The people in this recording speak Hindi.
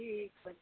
ठीक है